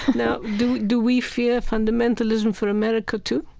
now, do do we fear fundamentalism for america too?